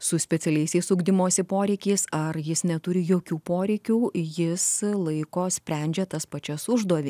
su specialiaisiais ugdymosi poreikiais ar jis neturi jokių poreikių jis laiko sprendžia tas pačias užduovi